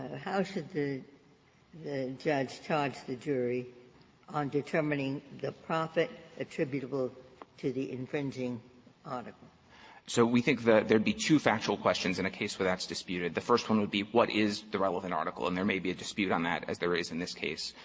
how should the the judge charge the jury on determining the profit attributable to the infringing article? fletcher so we think that there'd be two factual questions in a case where that's disputed. the first one would be what is the relevant article, and there may be a dispute on that as there is in this case.